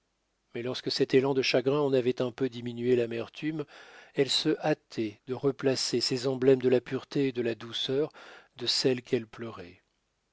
mais lorsque cet élan de chagrin en avait un peu diminué l'amertume elles se hâtaient de replacer ces emblèmes de la pureté et de la douceur de celle qu'elles pleuraient